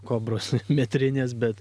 kobros metrinės bet